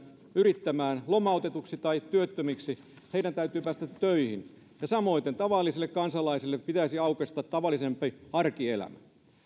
yrittämään lomautetuiksi tai työttömiksi joutuneiden töihin ja samoiten tavallisille kansalaisille pitäisi aukaista tavallisempi arkielämä